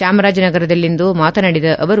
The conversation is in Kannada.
ಚಾಮರಾಜನಗರದಲ್ಲಿಂದು ಮಾತನಾಡಿದ ಅವರು